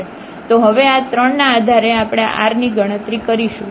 તો હવે આ 3 ના આધારે આપણે આ r ની ગણતરી કરીશું